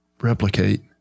replicate